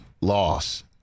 loss